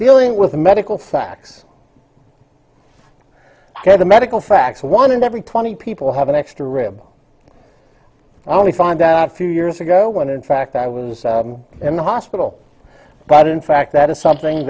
dealing with the medical facts the medical facts one in every twenty people have an extra rib eye only find a few years ago when in fact i was in the hospital but in fact that is something